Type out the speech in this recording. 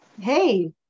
Hey